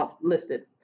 listed